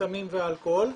סמים ואלכוהול.